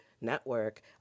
network